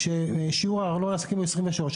שיעור הארנונה הוא 23 אחוזים.